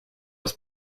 was